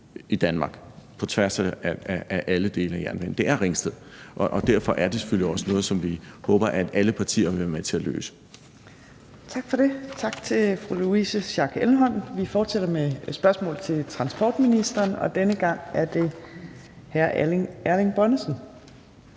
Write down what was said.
i Danmark på tværs af alle dele af jernbanen, er Ringsted, og derfor er det selvfølgelig også noget, vi håber alle partier vil være med til at løse. Kl. 14:43 Fjerde næstformand (Trine Torp): Tak for det. Tak til fru Louise Schack Elholm. Vi fortsætter med spørgsmål til transportministeren, og denne gang er det hr. Erling Bonnesen